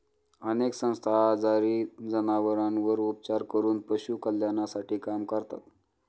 अनेक संस्था आजारी जनावरांवर उपचार करून पशु कल्याणासाठी काम करतात